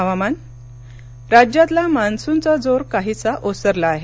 हवामान राज्यातला मान्सूनचा जोर काहीसा ओसरला आहे